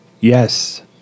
Yes